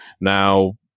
Now